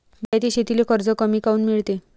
जिरायती शेतीले कर्ज कमी काऊन मिळते?